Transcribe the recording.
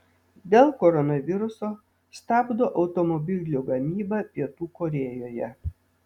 dėl koronaviruso stabdo automobilių gamybą pietų korėjoje